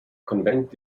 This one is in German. konvent